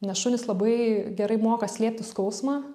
nes šunys labai gerai moka slėpti skausmą